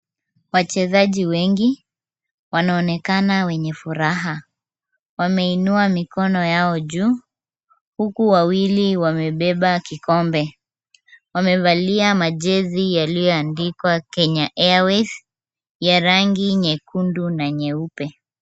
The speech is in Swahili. Wachezaji wengi wanaonekana wenye furaha, wameinua mikono yao juu, huku wawili wamebeba kikombe. Wamevalia majezi yaliyoandikwa Kenya Airways ya rangi nyekundu na nyeupe.